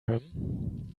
him